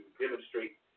demonstrate